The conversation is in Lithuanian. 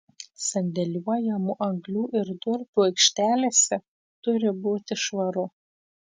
sandėliuojamų anglių ir durpių aikštelėse turi būti švaru